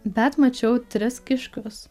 bet mačiau tris kiškius